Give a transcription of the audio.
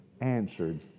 answered